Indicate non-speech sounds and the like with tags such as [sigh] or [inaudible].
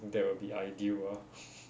that will be ideal ah [laughs]